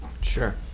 Sure